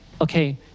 okay